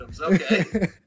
Okay